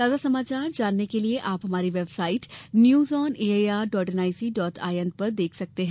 ताजा समाचार जानने के लिए आप हमारी website news on A I R dot N I C dot I N देख सकते हैं